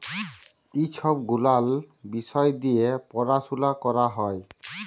ই ছব গুলাল বিষয় দিঁয়ে পরাশলা ক্যরা হ্যয়